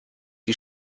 die